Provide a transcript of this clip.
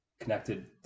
connected